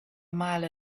mile